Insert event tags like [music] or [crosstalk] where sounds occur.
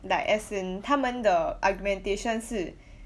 like as in 他们的 argumentation 是 [breath]